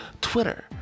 Twitter